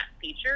feature